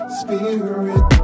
spirit